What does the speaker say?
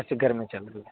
ਅੱਛਾ ਗਰਮੀ ਚੱਲ ਰਹੀ ਹੈ